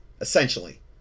essentially